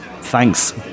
Thanks